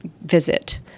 visit